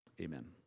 Amen